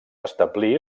establir